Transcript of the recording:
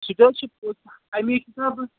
سُہ تہِ حظ چھُ پوٚز اَمی چھُس نا بہٕ